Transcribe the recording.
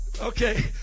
Okay